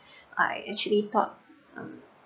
I actually thought um